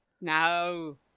No